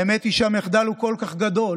האמת היא שהמחדל הוא כל כך גדול